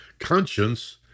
Conscience